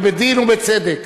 ובדין ובצדק.